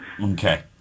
Okay